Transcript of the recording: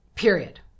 Period